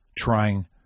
trying